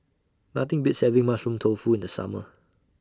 Nothing Beats having Mushroom Tofu in The Summer